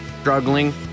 struggling